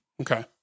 Okay